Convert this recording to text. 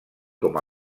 com